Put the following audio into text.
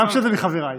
גם כשזה מחבריי.